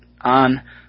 on